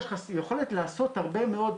יש לך יכולת לעשות הרבה מאוד,